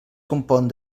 compon